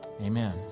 Amen